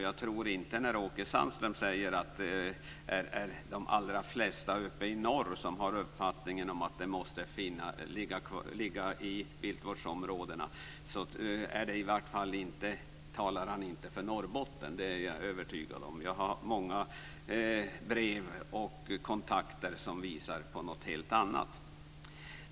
När Åke Sandström säger att de allra flesta uppe i norr har uppfattningen att det måste ligga inom viltvårdsområden talar han i varje fall inte för Norrbotten, det är jag övertygad om. Många brev och kontakter som har nått mig visar på något helt annat.